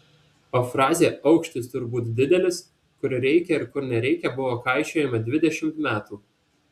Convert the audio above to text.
o frazė aukštis turbūt didelis kur reikia ir kur nereikia buvo kaišiojama dvidešimt metų